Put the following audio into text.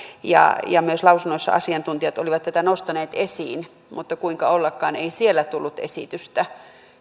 ja ja myös lausunnoissa asiantuntijat olivat tätä nostaneet esiin mutta kuinka ollakaan ei siellä tullut esitystä